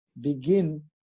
begin